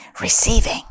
receiving